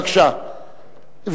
בבקשה,